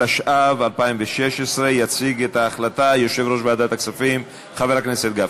התשע"ו 2016. יציג את ההחלטה יושב-ראש ועדת הכספים חבר הכנסת גפני.